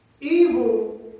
evil